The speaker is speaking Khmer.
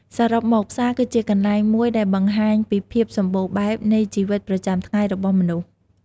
សរុបមក ផ្សារ គឺជាកន្លែងមួយដែលបង្ហាញពីភាពសម្បូរបែបនៃជីវិតប្រចាំថ្ងៃរបស់មនុស្ស។